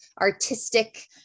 artistic